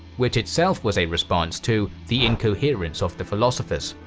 which itself was a response to the incoherence of the philosophers.